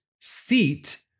seat